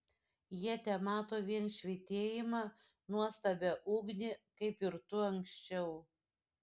jie temato vien švytėjimą nuostabią ugnį kaip ir tu anksčiau